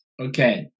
Okay